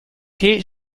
their